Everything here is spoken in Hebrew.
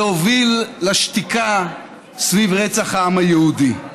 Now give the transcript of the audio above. זה הוביל לשתיקה סביב רצח העם היהודי.